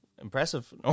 Impressive